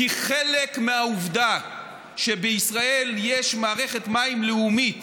כי חלק מהעובדה שבישראל יש מערכת מים לאומית